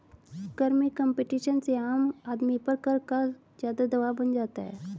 कर में कम्पटीशन से आम आदमी पर कर का ज़्यादा दवाब बन जाता है